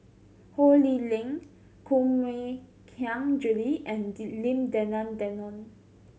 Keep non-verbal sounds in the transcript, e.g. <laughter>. Ho Lee Ling Koh Mui Hiang Julie and <unintelligible> Lim Denan Denon